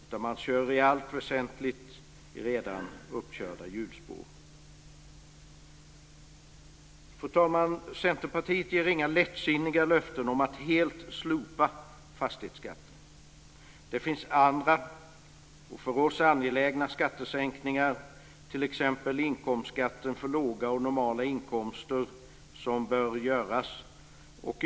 Man kör i allt väsentligt i redan uppkörda hjulspår. Fru talman! Centerpartiet ger inga lättsinniga löften om att helt slopa fastighetsskatten. Det finns andra och för oss angelägnare skattesänkningar att göra, t.ex. inkomstskatten för låga och normala inkomster.